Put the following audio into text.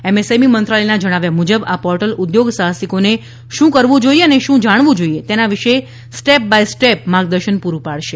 MSME મંત્રાલયના જણાવ્યા મુજબ આ પોર્ટલ ઉદ્યોગ સાહસિકોને શું કરવુ જોઇએ અને શું જાણવુ જોઇએ તેના વિશે સ્ટેપ બાય સ્ટેપ માર્ગદર્શન પરુ પાડશે